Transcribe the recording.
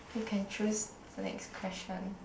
you can choose the next question